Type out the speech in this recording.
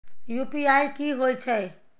UPI की होय छै?